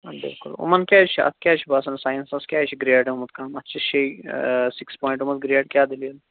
ٲں بِلکُل یِمَن کیٛازِ چھِ اَتھ کیٛازِ چھُ باسان ساینَسَس کیٛازِ چھُ گرٛیڈ آمُت کَم اَتھ چھِ شےٚ سِکِس پواینٹَو مَنٛز گرٛیڈ کیٛاہ دٔلیل